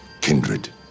kindred